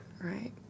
Right